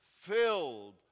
filled